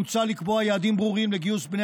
מוצע לקבוע יעדים ברורים לגיוס בני